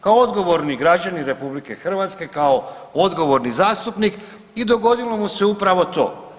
Kao odgovorni građanin RH, kao odgovorni zastupnik i dogodilo mu se upravo to.